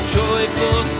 joyful